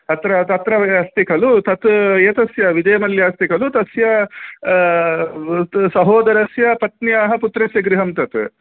अत्र तत्र अस्ति खलु तत् एतस्य विजयमल्य अस्ति खलु तस्य सहोदरस्य पत्न्याः पुत्रस्य गृहं तत्